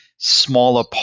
smaller